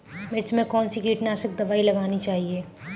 मिर्च में कौन सी कीटनाशक दबाई लगानी चाहिए?